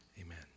Amen